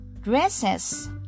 dresses